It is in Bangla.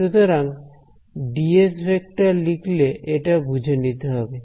সুতরাং ডিএস ভেক্টর লিখলে এটা বুঝে নিতে হবে